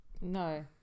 No